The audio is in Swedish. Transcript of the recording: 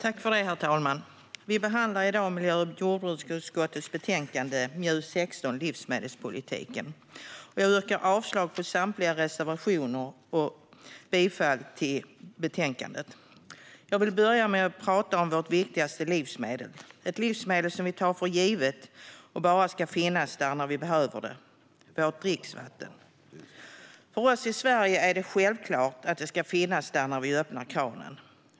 Herr talman! Vi behandlar i dag miljö och jordbruksutskottets betänkande MJU16 Livsmedelspolitik . Jag yrkar avslag på samtliga reservationer och bifall till utskottets förslag i betänkandet. Jag vill börja med att tala om vårt viktigaste livsmedel. Det är ett livsmedel som vi tar för givet. Det ska bara finnas där när vi behöver det - vårt dricksvatten. För oss i Sverige är det självklart att det ska finnas där när vi öppnar kranen.